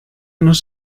nos